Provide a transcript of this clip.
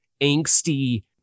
angsty